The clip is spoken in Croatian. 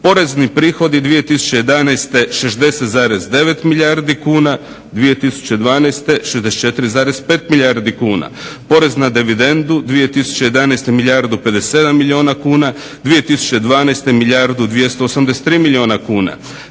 Porezni prihodi 2011. 60,9 milijardi kuna, 2012. 64,5 milijardi kuna. Porez na dividendu 2011. milijardu i 57 milijuna kuna,